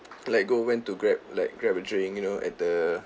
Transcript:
let go went to grab like grab a drink you know at the